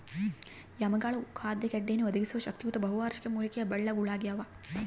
ಯಾಮ್ಗಳು ಖಾದ್ಯ ಗೆಡ್ಡೆಯನ್ನು ಒದಗಿಸುವ ಶಕ್ತಿಯುತ ಬಹುವಾರ್ಷಿಕ ಮೂಲಿಕೆಯ ಬಳ್ಳಗುಳಾಗ್ಯವ